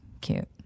cute